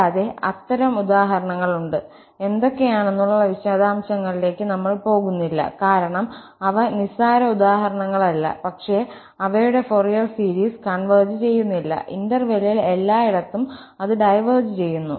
കൂടാതെ അത്തരം ഉദാഹരണങ്ങളുണ്ട് എന്തൊക്കെയാണെന്നുള്ള വിശദാംശങ്ങളിലേക്ക് നമ്മൾ പോകുന്നില്ല കാരണം അവ നിസ്സാര ഉദാഹരണങ്ങളല്ല പക്ഷേ അവയുടെ ഫോറിയർ സീരീസ് കൺവെർജ് ചെയ്യുന്നില്ല ഇന്റെർവെല്ലിൽ എല്ലായിടത്തും അത് ഡൈവേർജ് ചെയ്യുന്നു